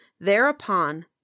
Thereupon